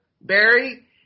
Barry